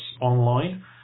online